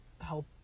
help